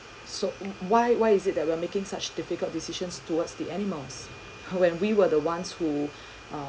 so why why is it that we're making such difficult decisions towards the animals when we were the ones who uh